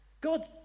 God